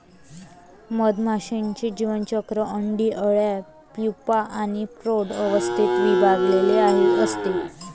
मधमाशीचे जीवनचक्र अंडी, अळ्या, प्यूपा आणि प्रौढ अवस्थेत विभागलेले असते